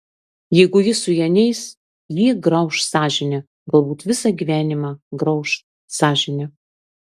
jeigu jis su ja neis jį grauš sąžinė galbūt visą gyvenimą grauš sąžinė